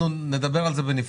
אנחנו נדבר על זה בנפרד.